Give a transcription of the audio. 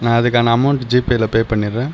நான் அதுக்கான அமோண்ட் ஜிபேயில் பே பண்ணிடுறேன்